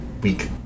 week